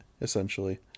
essentially